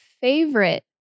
favorite